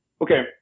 okay